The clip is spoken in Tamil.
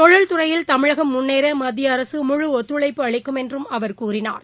தொழில்துறையில் தமிழகம் முன்னேறமத்தியஅரசு முழு ஒத்துழைப்பு அளிக்கும் என்றுஅவர் கூறினார்